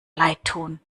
leidtun